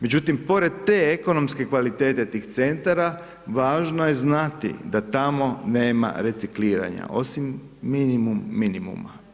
Međutim pored te ekonomske kvalitete tih centara važno je znati da tamo nema recikliranja osim minimum minimuma.